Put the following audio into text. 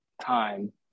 time